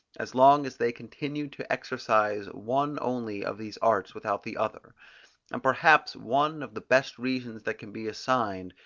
as long as they continued to exercise one only of these arts without the other and perhaps one of the best reasons that can be assigned,